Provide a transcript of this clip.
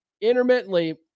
intermittently